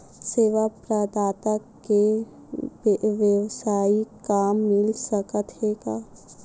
सेवा प्रदाता के वेवसायिक काम मिल सकत हे का?